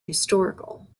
historical